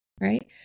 right